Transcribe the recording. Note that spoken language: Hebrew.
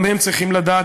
גם הם צריכים לדעת,